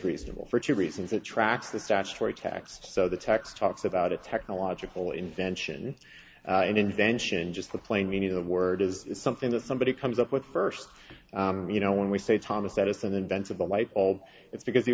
reasonable for two reasons it tracks the statutory text so the text talks about a technological invention and invention just the plain meaning of the word is something that somebody comes up with first you know when we say thomas edison invented the light all it's because he